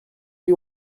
you